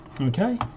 okay